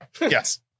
Yes